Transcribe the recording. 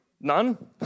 none